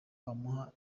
wamuha